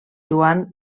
joan